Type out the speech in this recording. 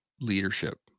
leadership